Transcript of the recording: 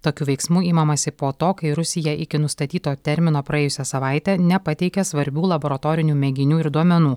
tokių veiksmų imamasi po to kai rusija iki nustatyto termino praėjusią savaitę nepateikė svarbių laboratorinių mėginių ir duomenų